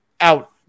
out